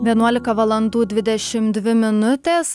vienuolika valandų dvidešimt dvi minutės